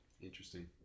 interesting